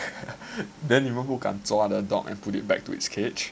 then 你们敢抓那个 dog and put it back to its cage